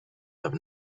have